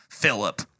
Philip